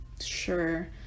sure